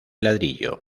ladrillo